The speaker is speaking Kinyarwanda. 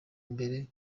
mbere